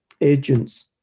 agents